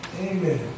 Amen